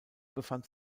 befand